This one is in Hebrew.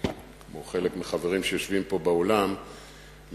וכמו חלק מהחברים שיושבים פה באולם אני